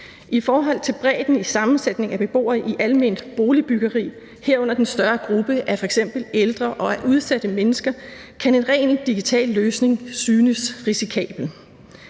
I forhold til bredden i sammensætningen af beboere i alment boligbyggeri, herunder den større gruppe af f.eks. ældre og udsatte mennesker, kan en ren digital løsning synes risikabel.